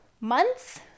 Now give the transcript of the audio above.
months